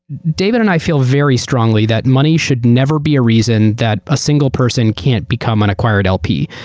david and i feel very strongly that money should never be a reason that a single person can't become an acquired lp.